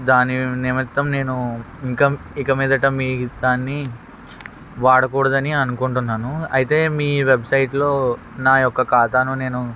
దాని నిమిత్తం నేను ఇంకం ఇక మీదట మీ దాన్ని వాడకూడదని అనుకుంటున్నాను అయితే మీ వెబ్సైట్లో నా యొక్క ఖాతాను నేను